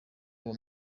uwo